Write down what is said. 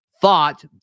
thought